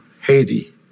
Haiti